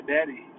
Daddy